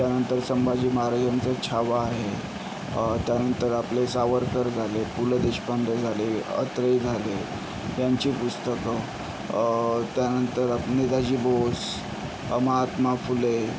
त्यानंतर संभाजी महाराजांचं छावा आहे त्यानंतर आपले सावरकर झाले पु ल देशपांडे झाले अत्रेही झाले यांची पुस्तकं त्यानंतर आप नेताजी बोस महात्मा फुले